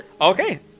okay